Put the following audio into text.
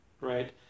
right